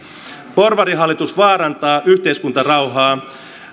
porvarihallitus vaarantaa yhteiskuntarauhaa